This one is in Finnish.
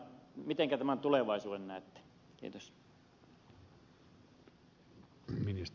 joten miten tämän tulevaisuuden näette